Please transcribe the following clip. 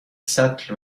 سطل